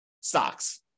stocks